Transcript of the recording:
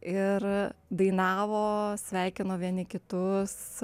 ir dainavo sveikino vieni kitus